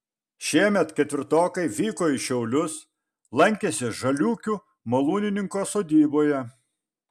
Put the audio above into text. šiemet ketvirtokai vyko į šiaulius lankėsi žaliūkių malūnininko sodyboje